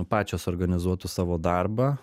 pačios organizuotų savo darbą